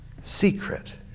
secret